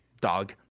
dog